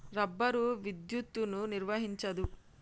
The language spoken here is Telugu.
రబ్బరు విద్యుత్తును నిర్వహించదు